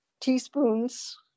teaspoons